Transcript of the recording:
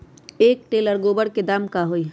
एक टेलर गोबर के दाम का होई?